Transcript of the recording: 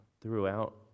throughout